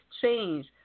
change